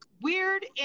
weird